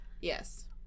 Yes